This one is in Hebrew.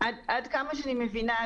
עד כמה שאני מבינה,